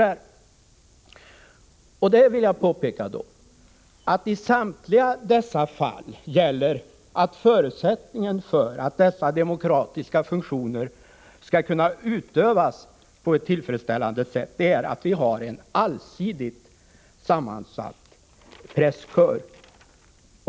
Där vill jag påpeka att förutsättningen för att dessa demokratiska funktioner skall kunna utövas på ett tillfredsställande sätt, och det gäller samtliga dessa fall, är att vi har en allsidigt sammansatt presskör.